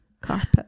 Carpet